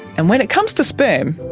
and when it comes to sperm,